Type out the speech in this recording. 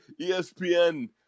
espn